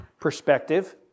Perspective